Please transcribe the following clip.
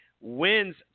wins